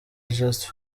just